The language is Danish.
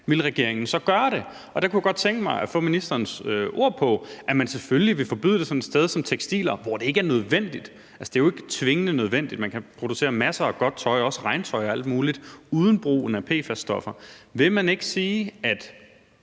vil regeringen så gøre det? Og der kunne jeg godt tænke mig at få ministerens ord på, at man selvfølgelig vil forbyde det i forbindelse med sådan noget som tekstiler, hvor det ikke er nødvendigt. Altså, det er jo ikke tvingende nødvendigt – man kan producere masser af godt tøj, også regntøj og alt muligt, uden brug af PFAS. Vil man ikke sige, at